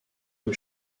rue